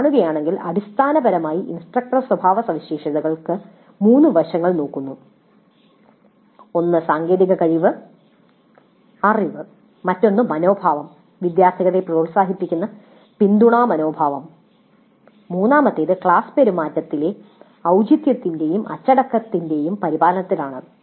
നിങ്ങൾ കാണുകയാണെങ്കിൽ അടിസ്ഥാനപരമായി ഇൻസ്ട്രക്ടർ സ്വഭാവസവിശേഷതകൾ മൂന്ന് വശങ്ങൾ നോക്കുന്നു ഒന്ന് സാങ്കേതിക കഴിവ് അറിവ് മറ്റൊന്ന് മനോഭാവം വിദ്യാർത്ഥികളെ പ്രോത്സാഹിപ്പിക്കുന്ന പിന്തുണാ മനോഭാവം മൂന്നാമത്തേത് ക്ലാസ് പെരുമാറ്റത്തിലെ ഔചിത്യത്തിന്റെയും അച്ചടക്കത്തിന്റെയും പരിപാലനത്തിലാണ്